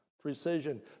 precision